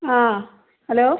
ആ ഹലോ